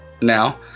now